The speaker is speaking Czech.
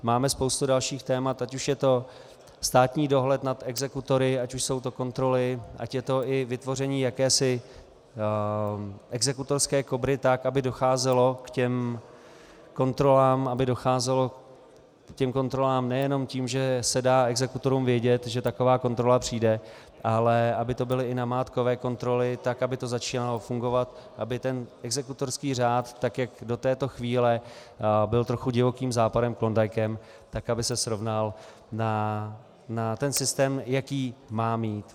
Máme spoustu dalších témat, ať už je to státní dohled nad exekutory, ať už jsou to kontroly, ať je to i vytvoření jakési exekutorské Kobry tak, aby docházelo ke kontrolám, aby docházelo ke kontrolám nejenom tím, že se dá exekutorům vědět, že taková kontrola přijde, ale aby to byly i namátkové kontroly, tak aby to začalo fungovat, aby exekutorský řád, tak jak do této chvíle byl trochu divokým západem, Klondikem, tak aby se srovnal na systém, jaký má být.